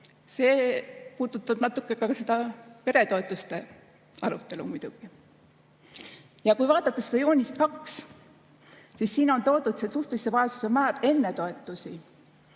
See puudutab natuke ka seda peretoetuste arutelu muidugi. Kui vaadata joonist 2, siis siin on toodud suhtelise vaesuse määr enne toetusi,